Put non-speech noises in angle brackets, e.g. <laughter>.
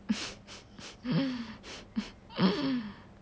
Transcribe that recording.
<laughs>